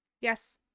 yes